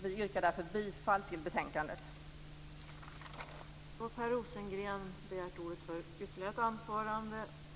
Vi yrkar därför bifall till utskottets hemställan i betänkandet.